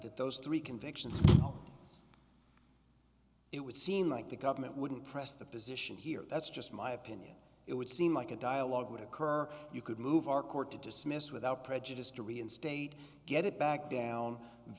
that those three convictions it would seem like the government wouldn't press the position here that's just my opinion it would seem like a dialogue would occur you could move our court to dismissed without prejudice to reinstate get it back down